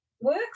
works